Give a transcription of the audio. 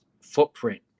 footprint